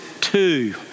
two